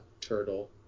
turtle